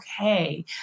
okay